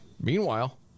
meanwhile